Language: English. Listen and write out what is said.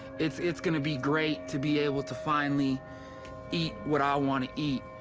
it's it's gonna be great to be able to finally eat what i wanna eat,